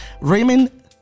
Raymond